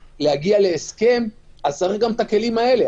להגיע להסכם, צריך גם את הכלים האלה.